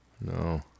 no